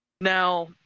Now